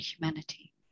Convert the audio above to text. humanity